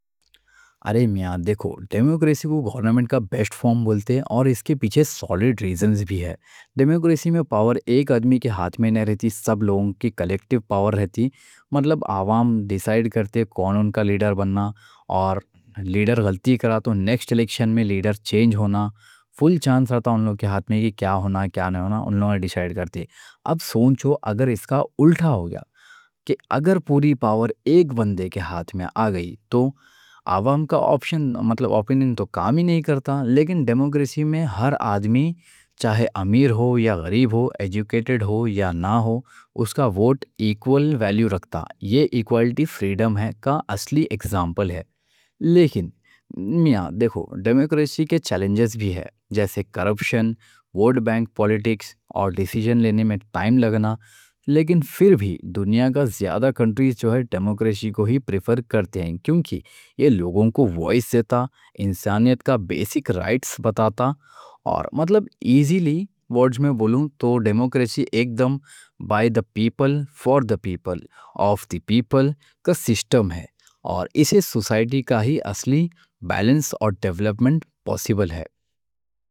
ارے میاں دیکھو ڈیموکریسی کو گورنمنٹ کا بیسٹ فارم بولتے ہیں اور اس کے پیچھے سولیڈ ریزنز بھی ہے۔ ڈیموکریسی میں پاور ایک آدمی کے ہاتھ میں نہیں رہتی، سب لوگوں کی کلیکٹیو پاور رہتی۔ مطلب عوام ڈیسائڈ کرتے کون ان کا لیڈر بننا اور لیڈر غلطی کیا تو نیکسٹ الیکشن میں لیڈر چینج ہونا، فل چانس رہتا۔ ان لوگ کے ہاتھ میں کیا ہونا، کیا نہیں ہونا، ان لوگ ڈیسائڈ کرتے۔ اب سوچو اگر اس کا الٹا ہو گیا کہ اگر پوری پاور ایک بندے کے ہاتھ میں آ گئی تو عوام کا اوپینین تو کام ہی نہیں کرتا۔ لیکن ڈیموکریسی میں ہر آدمی چاہے امیر ہو یا غریب ہو، ایڈیوکیٹڈ ہو یا نہ ہو، اس کا ووٹ ایکول ویلیو رکھتا، یہ ایکوالٹی فریڈم کا اصلی ایکزامپل ہے۔ لیکن دیکھو ڈیموکریسی کے چیلنجز بھی ہے جیسے کرپشن، ووٹ بینک پولیٹکس اور ڈیسیجن لینے میں ٹائم لگنا۔ لیکن پھر بھی دنیا کے زیادہ کنٹریز ڈیموکریسی کو ہی پریفر کرتے ہیں کیونکہ یہ لوگوں کو وائس دیتا، انسانیت کا بیسک رائٹس بتاتا۔ اور مطلب ایزیلی ورڈز میں بولوں تو ڈیموکریسی ایک دم بائی دا پیپل، فار دا پیپل، آف دی پیپل کا سسٹم ہے اور اسے سوسائٹی کا ہی اصلی بیلنس اور ڈیولپمنٹ پوسیبل ہے۔